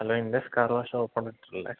hello Indus car wash operator അല്ലേ